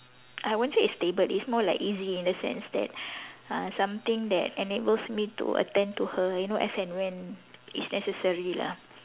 I won't say it's stable it's more like easy in the sense that uh something that enables me to attend to her you know as and when it's necessary lah